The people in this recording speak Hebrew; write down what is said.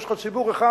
יש לך ציבור אחד,